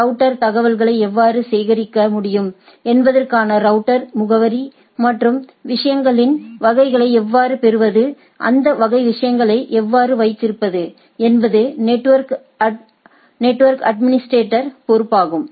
router தகவல்களை எவ்வாறு சேகரிக்க முடியும் என்பதற்கான ரவுட்டர் முகவரி மற்றும் விஷயங்களின் வகைகளை எவ்வாறு பெறுவது அந்த வகை விஷயங்களை எவ்வாறு வைத்திருப்பது என்பது நெட்வொர்க் அட்மினிஸ்டிரேட்டாின் பொறுப்பாகும்